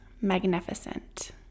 magnificent